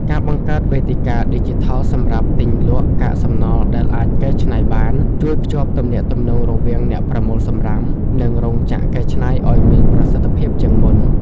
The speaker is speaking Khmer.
ការបង្កើតវេទិកាឌីជីថលសម្រាប់ទិញ-លក់កាកសំណល់ដែលអាចកែច្នៃបាន ជួយភ្ជាប់ទំនាក់ទំនងរវាងអ្នកប្រមូលសំរាម និងរោងចក្រកែច្នៃឱ្យមានប្រសិទ្ធភាពជាងមុន។